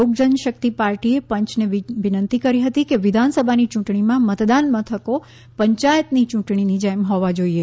લોક જનશક્તિ પાર્ટીએ પંચને વિનંતી કરી હતી કે વિધાનસભાની ચૂંટણીમાં મતદાન મથકો પંચાયતની યૂંટણીની જેમ હોવા જોઈએ